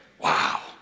Wow